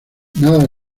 nada